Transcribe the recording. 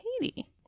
Haiti